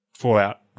Fallout